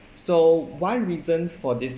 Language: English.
so one reason for this